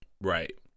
Right